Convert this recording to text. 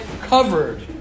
covered